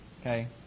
Okay